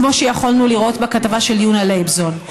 כמו שיכולנו לראות בכתבה של יונה לייבזון.